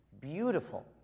beautiful